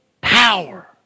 power